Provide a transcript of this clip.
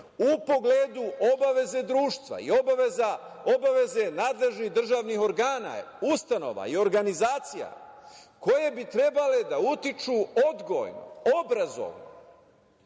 u pogledu obaveze društva i obaveze nadležnih državnih organa, ustanova i organizacija koje bi trebale da utiču odgojno, obrazovno